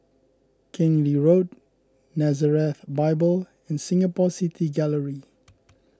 Keng Lee Road Nazareth Bible and Singapore City Gallery